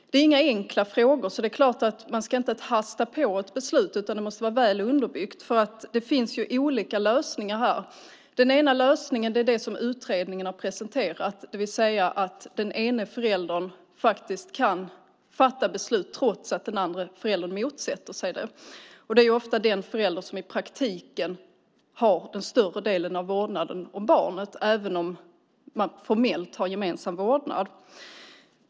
Det är inga enkla frågor, så det är klart att man inte ska hasta fram ett beslut utan det måste vara väl underbyggt. Det finns olika lösningar. Den ena lösningen är det som utredningen har presenterat, det vill säga att den ene föräldern kan fatta beslut trots att den andre föräldern motsätter sig det. Det är ofta den förälder som i praktiken har den större delen av vårdnaden om barnet, även om de formellt har gemensam vårdnad.